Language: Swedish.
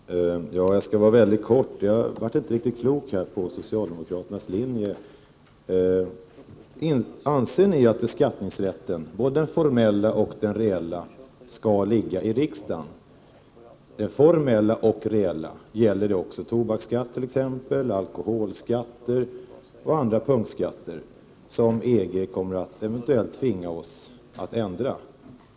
Herr talman! Jag skall fatta mig mycket kort. Jag blev inte riktigt klok på socialdemokraternas linje. Anser ni att beskattningsrätten, både den formella och den reella, skall ligga i riksdagen? Gäller det också tobaksskatt, alkoholskatt och andra punktskatter, som EG eventuellt kommer att tvinga Sverige att ändra?